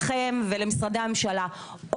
לכם ולמשרדי הממשלה,